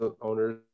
owners